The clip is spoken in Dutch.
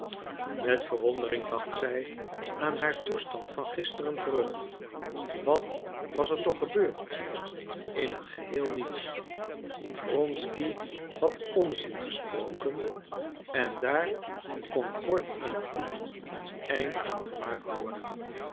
met verwondering dacht zij aan haar toestand van gisteren terug wat was er toch gebeurd in het geheel niets wronsky had onzin gesproken en daar kon kort en goed een eind aan gemaakt worden